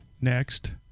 next